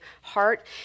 heart